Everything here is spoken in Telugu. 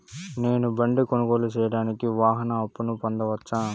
నేను బండి కొనుగోలు సేయడానికి వాహన అప్పును పొందవచ్చా?